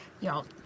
y'all